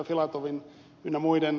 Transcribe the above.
filatovin ynnä muuta